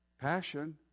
passion